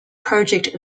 project